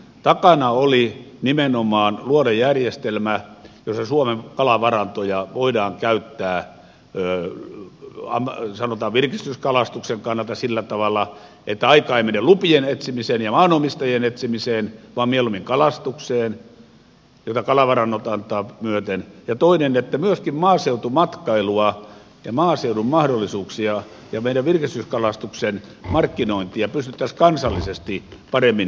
takana oli nimenomaan luoda järjestelmä jossa suomen kalavarantoja voidaan käyttää sanotaan virkistyskalastuksen kannalta sillä tavalla että aika ei mene lupien etsimiseen ja maanomistajien etsimiseen vaan mieluummin kalastukseen jota kalavarannot antavat myöten ja toiseksi että myöskin maaseutumatkailua ja maaseudun mahdollisuuksia ja meidän virkistyskalastuksemme markkinointia pystyttäisiin kansal lisesti paremmin hyödyntää